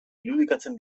irudikatzen